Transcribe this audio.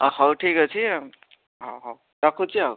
ହଉ ଠିକ୍ ଅଛି ହଉ ରଖୁଛି ଆଉ